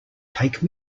take